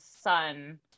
son